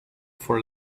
for